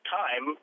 time